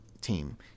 team